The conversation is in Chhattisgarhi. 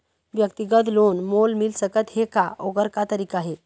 व्यक्तिगत लोन मोल मिल सकत हे का, ओकर का तरीका हे?